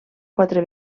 quatre